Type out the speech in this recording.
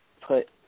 put